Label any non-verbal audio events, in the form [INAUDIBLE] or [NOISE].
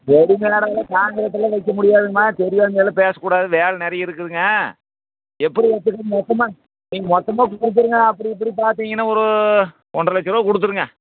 ரெடிமெடெல்லாம் கான்கிரிட்டெல்லாம் வைக்க முடியாதுங்கம்மா தெரியாமயெல்லாம் பேசக்கூடாது வேலை நிறைய இருக்குதுங்க எப்படி [UNINTELLIGIBLE] மொத்தமாக நீங்கள் மொத்தமாக கொடுத்துருங்க அப்படி இப்படி பார்த்திங்கன்னா ஒரு ஒன்றரை லட்சரூபா கொடுத்துருங்க